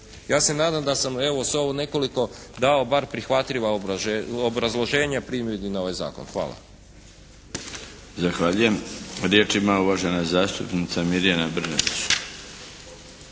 Ja se nadam da sam evo sa ovih nekoliko dao bar prihvatljiva obrazloženja primjedbi na ovaj zakon. Hvala. **Milinović, Darko (HDZ)** Zahvaljujem. Riječ ima uvažena zastupnica Mirjana Brnadić.